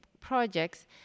projects